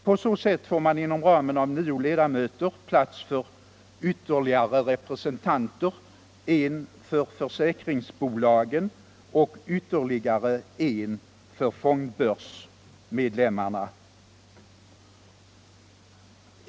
På så sätt får man inom ramen av nio ledamöter plats för ytterligare representanter, en för försäkringsbolagen och ytterligare en för fondbörsmedlemmarna.